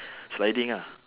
sliding ah